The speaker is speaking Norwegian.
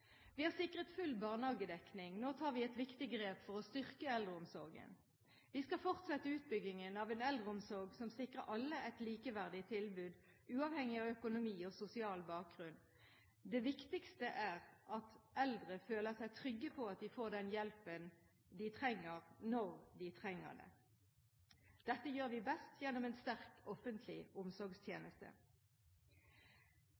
Vi har sikret full barnehagedekning, nå tar vi et viktig grep for å styrke eldreomsorgen. Vi skal fortsette utbyggingen av en eldreomsorg som sikrer alle et likeverdig tilbud, uavhengig av økonomi og sosial bakgrunn. Det viktigste er at eldre føler seg trygge på at de kan få den hjelpen de trenger, når de trenger den. Dette gjør vi best gjennom en sterk offentlig